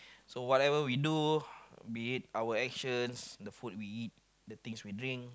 so whatever we do be it our actions the food we eat the things we drink